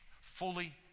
fully